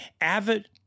avid